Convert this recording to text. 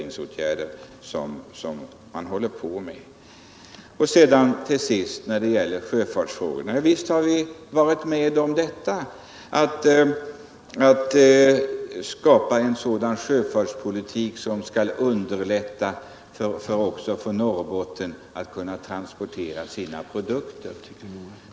När det gäller sjöfartsavgifterna vill jag gärna säga att visst har vi varit med om att föra en sjöfartspolitik som skall underlätta för företagen i Norrbotten att transportera sina produkter.